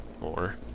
more